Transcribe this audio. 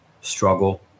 struggle